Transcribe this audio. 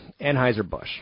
Anheuser-Busch